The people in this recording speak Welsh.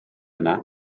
yna